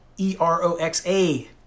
E-R-O-X-A